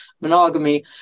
monogamy